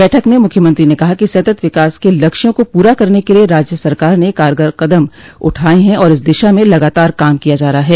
बैठक में मुख्यमंत्री ने कहा कि सत्त विकास के लक्ष्यों को पूरा करने के लिये राज्य सरकार ने कारगर कदम उठाये हैं और इस दिशा में लगातारकाम किया जा रहा है